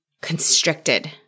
constricted